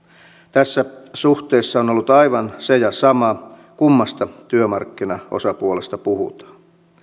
tässä suhteessa on ollut aivan se ja sama kummasta työmarkkinaosapuolesta puhutaan